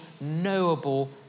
knowable